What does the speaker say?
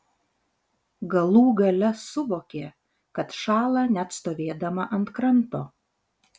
galų gale suvokė kad šąla net stovėdama ant kranto